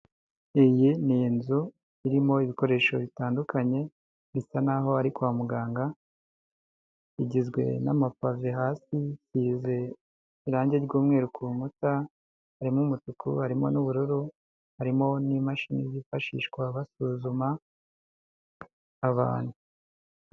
Iyi ni nzu irimo ibikoresho bitandukanye, bisa na ho ari kwa muganga, igizwe n'amapave hasi, isize irangi ry'umweru ku nkuta, harimo umutuku, harimo n'ubururu, harimo n'imashini zifashishwa basuzuma abantu.